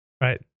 right